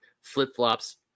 flip-flops